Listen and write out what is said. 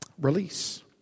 Release